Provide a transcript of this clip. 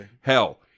Hell